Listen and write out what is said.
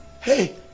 hey